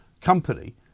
company